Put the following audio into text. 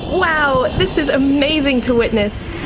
wow, this is amazing to witness!